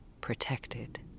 protected